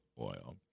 oil